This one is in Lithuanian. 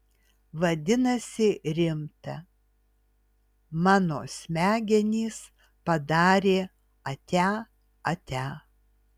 vadinasi rimta mano smegenys padarė atia atia